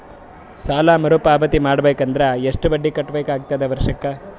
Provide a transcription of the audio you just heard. ಸಾಲಾ ಮರು ಪಾವತಿ ಮಾಡಬೇಕು ಅಂದ್ರ ಎಷ್ಟ ಬಡ್ಡಿ ಕಟ್ಟಬೇಕಾಗತದ ವರ್ಷಕ್ಕ?